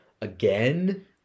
again